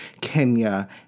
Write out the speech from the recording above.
Kenya